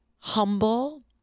humble